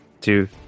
two